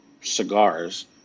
cigars